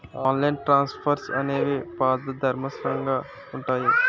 online transfers అనేవి పారదర్శకంగా ఉంటాయి